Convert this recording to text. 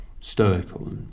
stoical